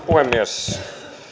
puhemies